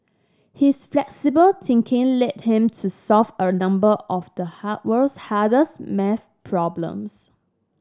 his flexible thinking led him to solve a number of the hard world's hardest maths problems